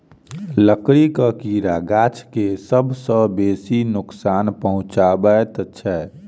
लकड़ीक कीड़ा गाछ के सभ सॅ बेसी क नोकसान पहुचाबैत छै